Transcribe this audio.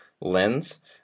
lens